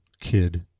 kid